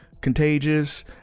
Contagious